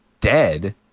dead